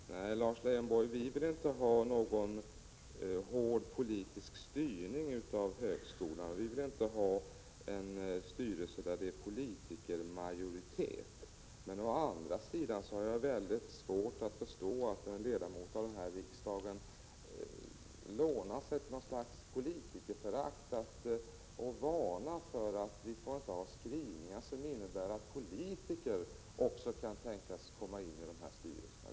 Herr talman! Nej, Lars Leijonborg, vi vill inte ha någon hård politisk styrning av högskolan. Vi vill inte ha en styrelse med politikermajoritet. Men å andra sidan har jag svårt att förstå att en ledamot av riksdagen lånar sig till något slags politikerförakt och varnar för skrivningar som innebär att politiker också kan tänkas komma in i högskolestyrelserna.